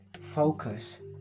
focus